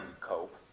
cope